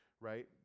Right